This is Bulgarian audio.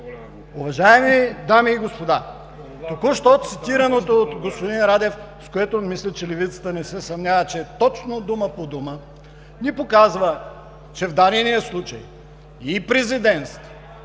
Уважаеми дами и господа, току-що цитирането на господин Радев, за което мисля, че левицата не се съмнява, че е точно дума по дума, ни показва, че в дадения случай и Президентство,